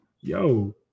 yo